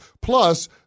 Plus